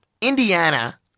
Indiana